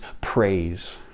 praise